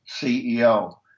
CEO